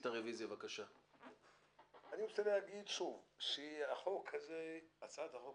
את ישיבת ועדת הפנים והגנת הסביבה בנושא הצעת חוק